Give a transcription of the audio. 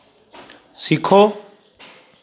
सीखो